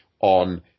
on